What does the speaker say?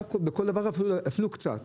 אפילו קצת.